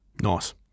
Nice